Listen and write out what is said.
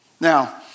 Now